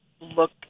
look